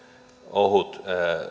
ohut